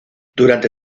durante